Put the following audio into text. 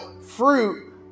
fruit